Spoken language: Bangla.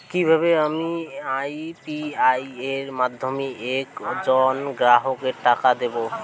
কিভাবে আমি ইউ.পি.আই এর মাধ্যমে এক জন গ্রাহককে টাকা দেবো?